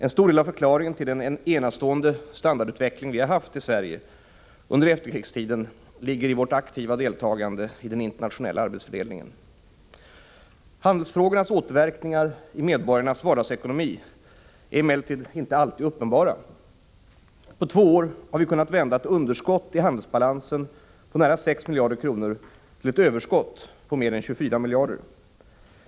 En stor del av förklaringen till den enastående standardutveckling som vi haft i Sverige under efterkrigstiden ligger i vårt aktiva deltagande i den internationella arbetsfördelningen. Handelsfrågornas återverkningar i medborgarnas vardagsekonomi är emellertid inte alltid uppenbara. På två år har vi kunnat vända ett underskott i handelsbalansen på nära 6 miljarder kronor till ett överskott på mer än 24 miljarder.